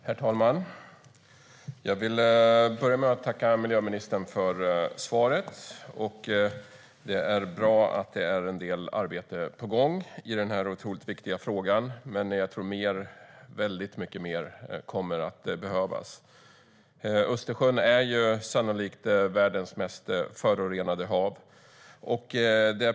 Herr talman! Jag vill börja med att tacka miljöministern för svaret. Det är bra att det är en del arbete på gång i den här otroligt viktiga frågan, men jag tror att mer - väldigt mycket mer - kommer att behövas. Östersjön är sannolikt världens mest förorenade hav.